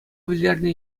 вӗлернӗ